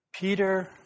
Peter